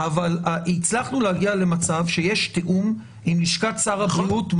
אבל הצלחנו להגיע למצב שיש תיאום עם לשכת שר הבריאות,